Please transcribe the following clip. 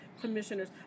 commissioners